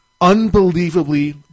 Unbelievably